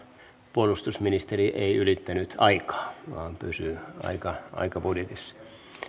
puolustusministeri ei ylittänyt aikaa vaan pysyi aikabudjetissa